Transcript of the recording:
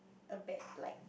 a bad like